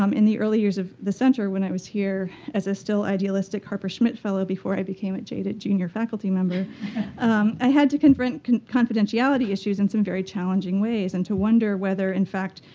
um in the early years of the center when i was here as a still idealistic harper schmidt fellow, before i became a jaded junior faculty member i had to confront confidentiality issues in some very challenging ways. and to wonder whether, in fact,